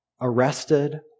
arrested